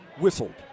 whistled